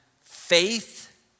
faith